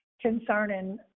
concerning